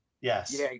Yes